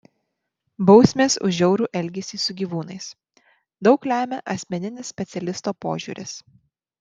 bausmės už žiaurų elgesį su gyvūnais daug lemia asmeninis specialisto požiūris